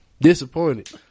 disappointed